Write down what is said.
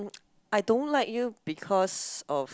I don't like you because of